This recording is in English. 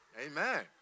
Amen